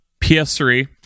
PS3